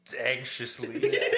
anxiously